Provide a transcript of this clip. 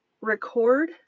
record